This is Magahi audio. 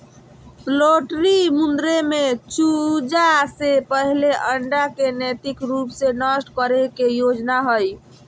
पोल्ट्री मुद्दे में चूजा से पहले अंडा के नैतिक रूप से नष्ट करे के योजना हइ